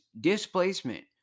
displacement